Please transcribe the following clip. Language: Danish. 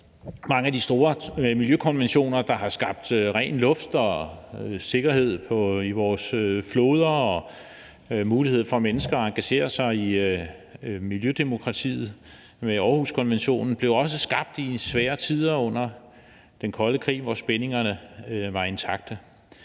som f.eks. Århuskonventionen har skabt ren luft og sikre floder og mulighed for mennesker for at engagere sig i miljødemokratiet, blev også skabt i svære tider under den kolde krig, hvor spændingerne var intakte.